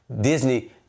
Disney